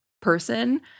person